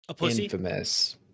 Infamous